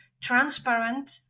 transparent